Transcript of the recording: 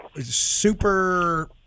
super